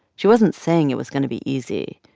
she wasn't saying it was going to be easy.